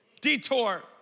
Detour